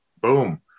boom